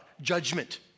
judgment